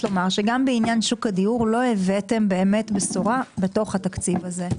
לומר שגם בעניין שוק הדיור לא הבאתם באמת בשורה בתוך התקציב הזה.